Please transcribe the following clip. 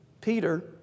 Peter